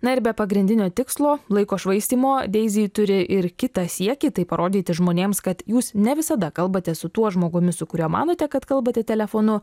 na ir be pagrindinio tikslo laiko švaistymo deizi turi ir kitą siekį tai parodyti žmonėms kad jūs ne visada kalbate su tuo žmogumi su kuriuo manote kad kalbate telefonu